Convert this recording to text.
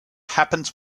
happens